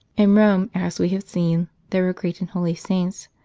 in rome, as we have seen, there were great and holy saints,